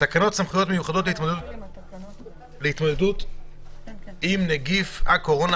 תקנות סמכויות מיוחדות להתמודדות עם נגיף הקורונה